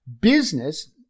business